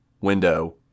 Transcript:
window